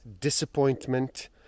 disappointment